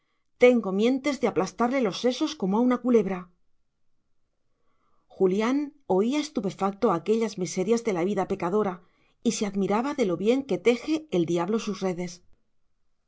tengo mientes de aplastarle los sesos como a una culebra julián oía estupefacto aquellas miserias de la vida pecadora y se admiraba de lo bien que teje el diablo sus redes